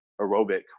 aerobic